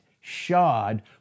shod